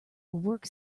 work